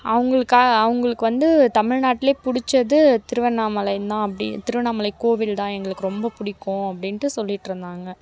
அவங்களுக்கா அவங்களுக்கு வந்து தமிழ்நாட்டுலயே பிடிச்சது திருவண்ணாமலைதான் அப்படி திருவண்ணாமலை கோவில்தான் எங்களுக்கும் ரொம்ப பிடிக்கும் அப்படின்ட்டு சொல்லிகிட்ருந்தாங்க